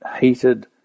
heated